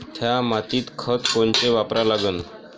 थ्या मातीत खतं कोनचे वापरा लागन?